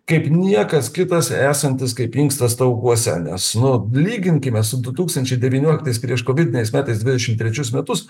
kaip niekas kitas esantis kaip inkstas taukuose nes nu lyginkime su du tūkstančiai devynioliktais prieškovidiniais metais dvidešim trečius metus